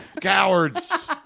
cowards